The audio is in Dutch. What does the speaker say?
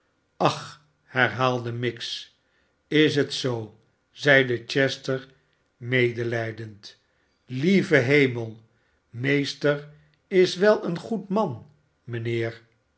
sach herhaalde miggs is het z zeide chester medelijdend lieve hemel meester is wel een goed man mijnheer